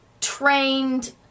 trained